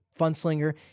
Funslinger